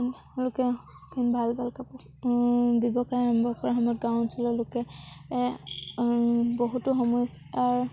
লোকে ভাল ভাল কাপোৰ ব্যৱসায় আৰম্ভ কৰাৰ সময়ত গাঁও অঞ্চলৰ লোকে বহুতো সমস্যাৰ